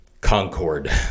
concord